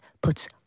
puts